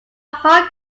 hard